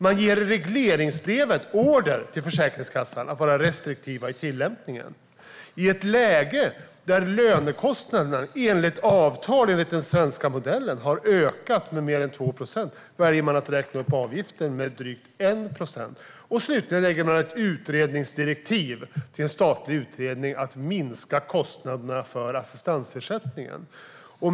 Man ger i regleringsbrevet order till Försäkringskassan att vara restriktiv i tillämpningen. I ett läge där lönekostnaderna enligt avtal, enligt den svenska modellen, har ökat med mer än 2 procent väljer man att räkna upp avgiften med drygt 1 procent. Slutligen lägger man ett direktiv till en statlig utredning att minska kostnaderna för assistansersättningen.